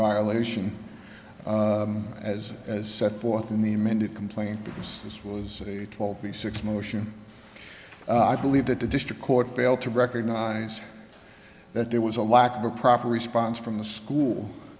violation as as set forth in the amended complaint because this was a colby six motion i believe that the district court failed to recognize that there was a lack of proper response from the school